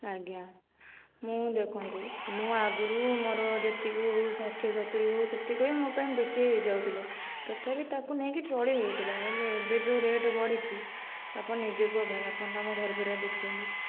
ଆଜ୍ଞା ମୁଁ ଦେଖନ୍ତୁ ମୁଁ ଆଗରୁ ମୋର ଯେତିକି ହେଉ ଷାଠିଏ ସତୁରୀ ହେଉ ସେଥିପାଇଁ ମୋ ପାଇଁ ବେଶୀ ହେଇଯାଉଥିଲା ତଥାପି ତା'କୁ ନେଇକି ଚଳି ହେଉଥିଲା କିନ୍ତୁ ଏବେ ଯୋଉ ରେଟ୍ ବଢ଼ିଛି ଆପଣ ନିଜେ କୁହ ଭାଇ ଆପଣ ତ ଆମ ଘର ପରିବାର ଦେଖିଛନ୍ତି